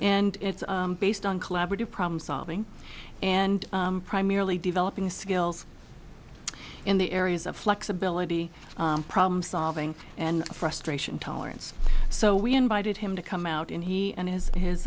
and it's based on collaborative problem solving and primarily developing skills in the areas of flexibility problem solving and frustration tolerance so we invited him to come out and he and his his